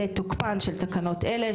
לתוקפן של תקנות אלה.